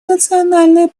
национальный